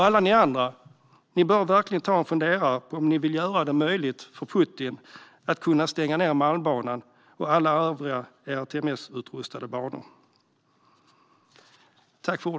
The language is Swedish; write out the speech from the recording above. Alla ni andra bör verkligen ta er en funderare på om ni vill göra det möjligt för Putin att stänga Malmbanan och alla andra ERTMS-utrustade banor.